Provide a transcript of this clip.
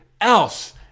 else